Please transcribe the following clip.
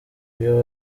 iyo